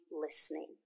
listening